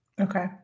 Okay